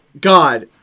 God